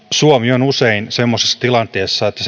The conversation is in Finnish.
suomi on usein semmoisessa tilanteessa että